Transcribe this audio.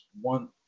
one